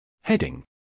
Heading